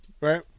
right